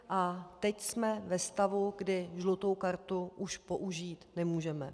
A teď jsme ve stavu, kdy žlutou kartu už použít nemůžeme.